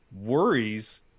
worries